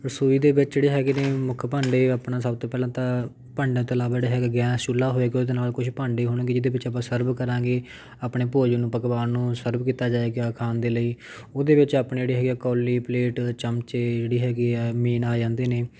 ਰਸੋਈ ਦੇ ਵਿੱਚ ਜਿਹੜੇ ਹੈਗੇ ਨੇ ਮੁੱਖ ਭਾਂਡੇ ਆਪਣਾ ਸਭ ਤੋਂ ਪਹਿਲਾਂ ਤਾਂ ਭਾਂਡਿਆਂ ਤੋਂ ਇਲਾਵਾ ਜਿਹੜਾ ਹੈਗਾ ਗੈਸ ਚੁੱਲ੍ਹਾ ਹੋਏਗਾ ਉਹਦੇ ਨਾਲ ਕੁਛ ਭਾਂਡੇ ਹੋਣਗੇ ਜਿਹਦੇ ਵਿੱਚ ਆਪਾਂ ਸਰਵ ਕਰਾਂਗੇ ਆਪਣੇ ਭੋਜਨ ਨੂੰ ਪਕਵਾਨ ਨੂੰ ਸਰਵ ਕੀਤਾ ਜਾਵੇਗਾ ਖਾਣ ਦੇ ਲਈ ਉਹਦੇ ਵਿੱਚ ਆਪਣੀ ਜਿਹੜੀ ਹੈਗੀ ਆ ਕੌਲੀ ਪਲੇਟ ਚਮਚੇ ਜਿਹੜੀ ਹੈਗੇ ਆ ਮੇਨ ਆ ਜਾਂਦੇ ਨੇ